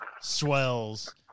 swells